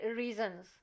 reasons